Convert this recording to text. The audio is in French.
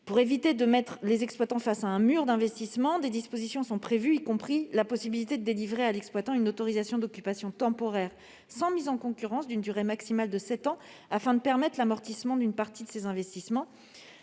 Pour éviter de mettre les exploitants face à un mur d'investissements, des dispositions sont prévues, y compris la possibilité de délivrer à l'exploitant une autorisation d'occupation temporaire sans mise en concurrence, d'une durée maximale de sept ans, afin de permettre l'amortissement d'une partie de ses investissements.